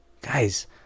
Guys